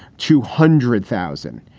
two hundred thousand.